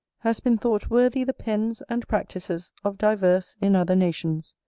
has been thought worthy the pens and practices of divers in other nations,